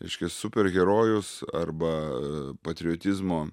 reiškia superherojus arba patriotizmo